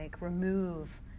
remove